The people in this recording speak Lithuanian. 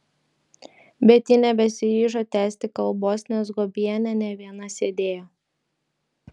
bet ji nebesiryžo tęsti kalbos nes guobienė ne viena sėdėjo